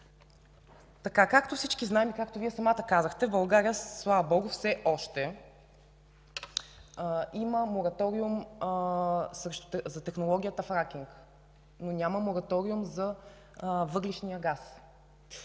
Както всички знаем и както Вие самата казахте, в България, слава Богу, все още има мораториум за технологията фракинг, но няма мораториум за въглищния газ.